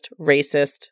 racist